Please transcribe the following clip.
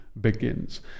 begins